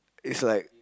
it's like